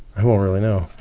i won't really know,